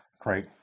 Great